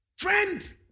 Friend